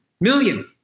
million